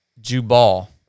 Jubal